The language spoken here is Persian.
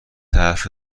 حرف